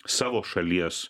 savo šalies